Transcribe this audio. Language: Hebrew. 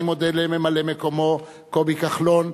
אני מודה לממלא-מקומו קובי כחלון,